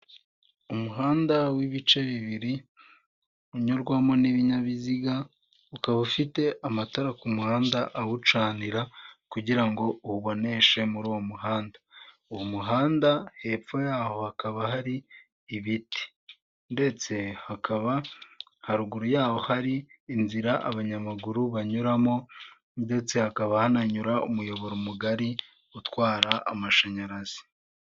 Umuhanda w'ibice bibiri unyurwamo n'ibinyabiziga, ukaba ufite amatara ku muhanda awucanira kugira ngo auboneshe muri uwo muhanda, uwo muhanda hepfo yaho hakaba hari ibiti ndetse hakaba haruguru yaho hari inzira abanyamaguru banyuramo ndetse hakaba hananyura umuyoboro mugari utwara amashanyarazi.